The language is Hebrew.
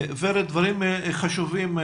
ורד דברים חשובים.